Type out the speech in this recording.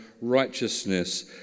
righteousness